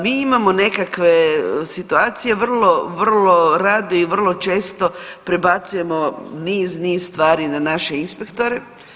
Mi imamo nekakve situacije vrlo, vrlo radi i vrlo često prebacujemo niz, niz stvari na naše inspektore.